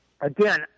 again